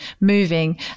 moving